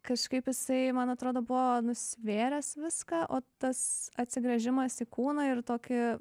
kažkaip jisai man atrodo buvo nusvėręs viską o tas atsigręžimas į kūną ir tokį